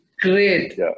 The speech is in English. Great